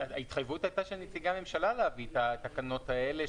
ההתחייבות הייתה של נציגי הממשלה להביא את התקנות האלה,